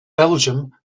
belgium